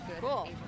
Cool